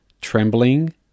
trembling